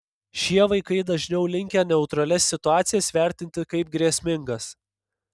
šie vaikai dažniau linkę neutralias situacijas vertinti kaip grėsmingas